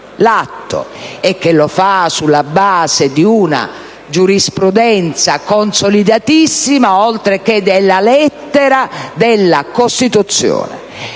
l'atto, e lo fa sulla base di una giurisprudenza consolidatissima, oltre che della lettera della Costituzione.